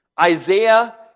Isaiah